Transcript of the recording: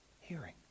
hearing